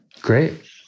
Great